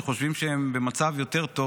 שחושבים שהן במצב יותר טוב,